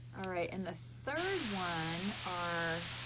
alright and the third one, our,